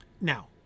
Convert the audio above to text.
Now